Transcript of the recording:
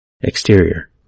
Exterior